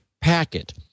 packet